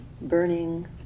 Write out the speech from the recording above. burning